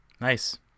Nice